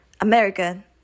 American